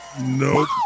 Nope